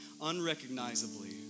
unrecognizably